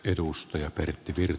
arvoisa puhemies